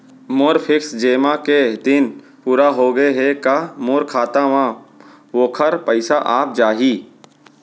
मोर fix जेमा के दिन पूरा होगे हे का मोर खाता म वोखर पइसा आप जाही?